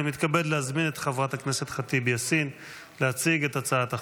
אני מתכבד להזמין את חברת הכנסת ח'טיב יאסין להציג את הצעת החוק,